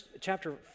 chapter